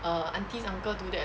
err aunties uncle do that